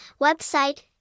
website